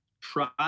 try